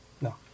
no